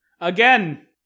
Again